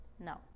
No